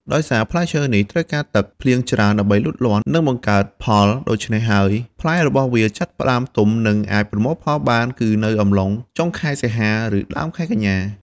ដោយសារផ្លែឈើនេះត្រូវការទឹកភ្លៀងច្រើនដើម្បីលូតលាស់និងបង្កើតផល ដូច្នេះហើយផ្លែរបស់វាចាប់ផ្ដើមទុំនិងអាចប្រមូលផលបានគឺនៅអំឡុង ចុងខែសីហា ឬដើមខែកញ្ញា។